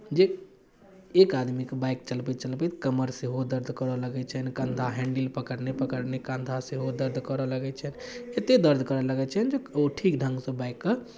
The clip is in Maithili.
जे एक आदमीकेँ बाइक चलबैत चलबैत कमर सेहो दर्द करय लगै छनि कन्धा हैण्डिल पकड़ने पकड़ने कन्धा सेहो दर्द करय लगै छनि एतेक दर्द करय लगै छनि जे ओ ठीक ढङ्गसँ बाइककेँ